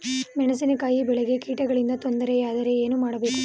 ಮೆಣಸಿನಕಾಯಿ ಬೆಳೆಗೆ ಕೀಟಗಳಿಂದ ತೊಂದರೆ ಯಾದರೆ ಏನು ಮಾಡಬೇಕು?